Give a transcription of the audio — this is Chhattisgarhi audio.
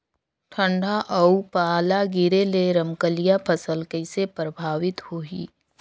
ठंडा अउ पाला गिरे ले रमकलिया फसल कइसे प्रभावित होही?